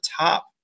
top